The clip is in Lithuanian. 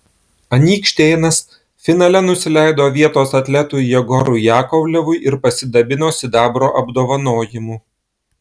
anykštėnas finale nusileido vietos atletui jegorui jakovlevui ir pasidabino sidabro apdovanojimu